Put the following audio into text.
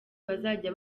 bazajya